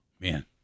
Man